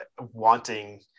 wanting